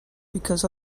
because